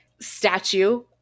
statue